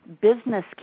business